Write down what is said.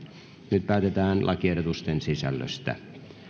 nyt päätetään lakiehdotusten sisällöstä